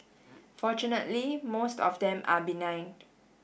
fortunately most of them are benign